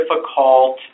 difficult